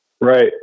Right